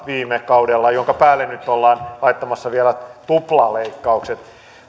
viime kaudella joiden päälle nyt ollaan laittamassa vielä tuplaleikkaukset